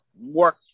work